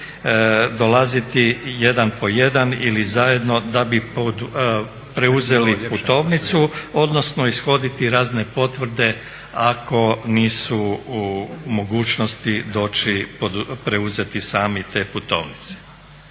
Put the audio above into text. dolaziti jedan po jedan ili zajedno da bi preuzeli putovnicu, odnosno ishoditi razne potvrde ako nisu u mogućnosti doći preuzeti sami te putovnice.